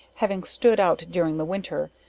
having stood out during the winter,